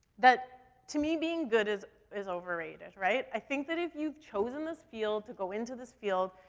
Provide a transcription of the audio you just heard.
that to me being good is, is overrated, right? i think that if you've chosen this field, to go into this field,